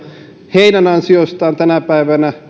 heidän kaltaistensa miesten ja naisten ansiosta tänä päivänä